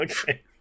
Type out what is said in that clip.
Okay